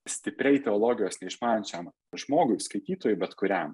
stipriai teologijos neišmanančiam žmogui skaitytojui bet kuriam